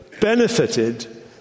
benefited